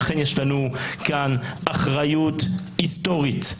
לכן יש לנו כאן אחריות היסטורית,